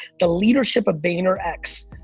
the leadership of vaynerx,